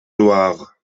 noir